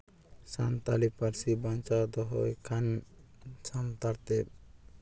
ᱥᱟᱱᱛᱟᱲᱤ ᱯᱟᱹᱨᱥᱤ ᱵᱟᱧᱪᱟᱣ ᱫᱚᱦᱚᱭ ᱠᱷᱟᱱ ᱥᱟᱱᱛᱟᱲ ᱛᱮ